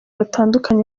batandukanye